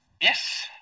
Yes